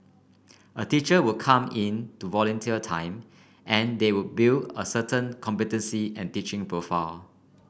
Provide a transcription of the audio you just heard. a teacher would come in to volunteer time and they will build a certain competency and teaching profile